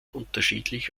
unterschiedlich